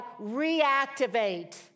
reactivate